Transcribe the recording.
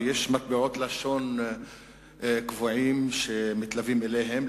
ויש מטבעות לשון קבועים שמתלווים אליהם.